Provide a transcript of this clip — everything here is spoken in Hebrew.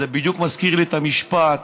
זה בדיוק מזכיר לי את המשפט